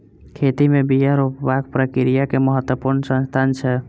खेती में बिया रोपबाक प्रक्रिया के महत्वपूर्ण स्थान छै